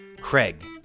Craig